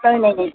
ନାଇଁ ନାଇଁ ନାଇଁ